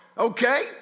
Okay